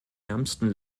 ärmsten